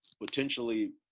potentially